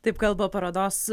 taip kalba parodos